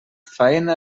faena